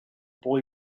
boy